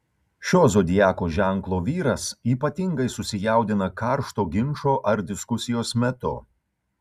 šio zodiako ženklo vyras ypatingai susijaudina karšto ginčo ar diskusijos metu